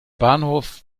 bahnhof